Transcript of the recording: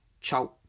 Ciao